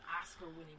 Oscar-winning